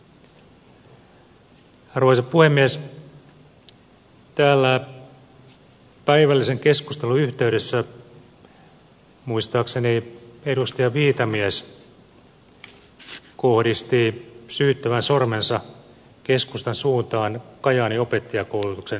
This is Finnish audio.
täällä päivällisen keskustelun yhteydessä muistaakseni edustaja viitamies kohdisti syyttävän sormensa keskustan suuntaan kajaanin opettajakoulutuksen lakkauttamisesta